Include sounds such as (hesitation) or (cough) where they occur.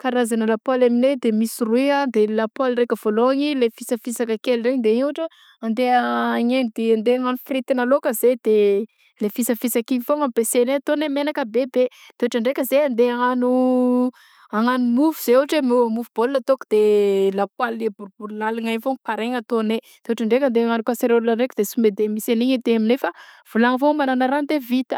Karazana lapoaly aminay de misy roy a de lapoaly raiky vaoloagny le fisafisaka kely regny de io ôhatra hoe andeha agnendy andeha agnano fritinà laoka zay de le fisapisaka igny foagna ampiasainay atao menaka bebe de ôhatra ndraiky zay andeha agnano (hesitation) agnano mofo ohatra zao mofobôla ataoko de lapoaly le boribory laligna igny foagna pareigna ataonay de ôhatra ndraiky agnano kaseraoly ndraiky sy de tegna misy agniny aty aminay fa vilany foagna amagnana rano de vita.